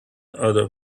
other